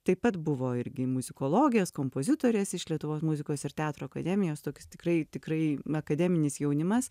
taip pat buvo irgi muzikologės kompozitorės iš lietuvos muzikos ir teatro akademijos tokios tikrai tikrai akademinis jaunimas